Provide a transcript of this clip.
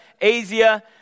Asia